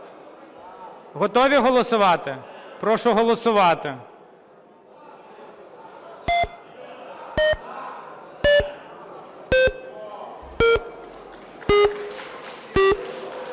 Готові голосувати? Прошу голосувати.